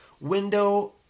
window